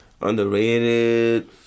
Underrated